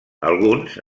alguns